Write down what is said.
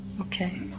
Okay